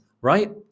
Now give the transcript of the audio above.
right